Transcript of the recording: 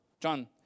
John